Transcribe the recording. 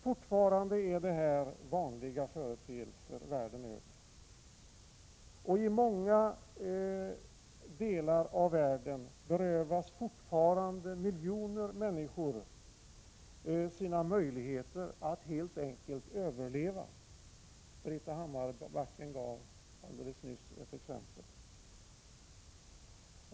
Fortfarande är detta vanliga företeelser runt om i världen. I många delar av världen berövas fortfarande miljoner människor sina möjligheter att helt enkelt överleva. Britta Hammarbacken gav alldeles nyss ett exempel.